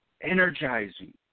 energizing